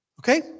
Okay